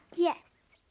yes.